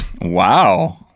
Wow